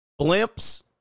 blimps